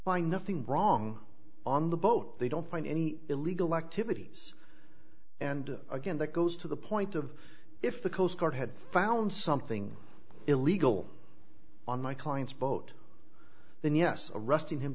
buy nothing wrong on the boat they don't find any illegal activities and again that goes to the point of if the coast guard had found something illegal on my client's boat then yes arresting him